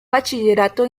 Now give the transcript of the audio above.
bachillerato